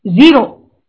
Zero